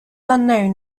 unknown